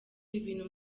ibintu